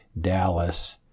Dallas